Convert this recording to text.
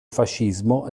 fascismo